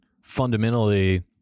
fundamentally